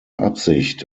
absicht